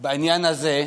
בעניין הזה: